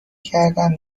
کردم